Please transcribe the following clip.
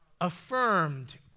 affirmed